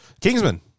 Kingsman